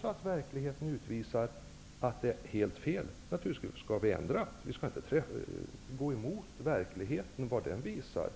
Om verkligheten utvisar att det är helt fel, då skall vi naturligtvis ändra. Vi skall inte gå emot vad verkligheten visar.